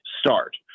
start